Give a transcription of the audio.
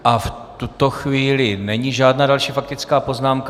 A v tuto chvíli není žádná další faktická poznámka.